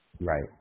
Right